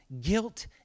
guilt